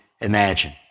imagine